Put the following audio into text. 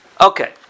Okay